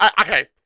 Okay